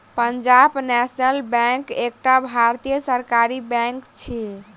Punjab national bank एकटा भारतीय सरकारी बैंक अछि